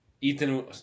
Ethan